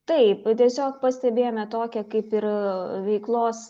taip tiesiog pastebėjome tokią kaip ir veiklos